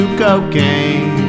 cocaine